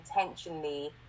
intentionally